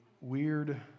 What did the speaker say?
weird